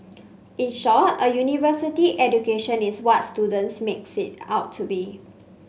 in short a university education is what students makes it out to be